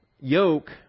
yoke